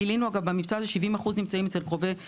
גילינו בסקרים שעשינו ש-70% נמצאים אצל קרובי משפחה.